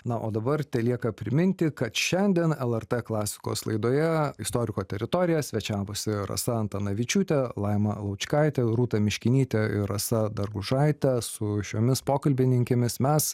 na o dabar telieka priminti kad šiandien lrt klasikos laidoje istoriko teritorija svečiavosi rasa antanavičiūtė laima laučkaitė rūta miškinytė ir rasa dargužaite su šiomis pokalbininkėmis mes